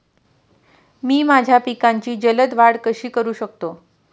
मी माझ्या पिकांची जलद वाढ कशी करू शकतो?